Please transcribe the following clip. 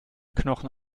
knochen